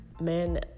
men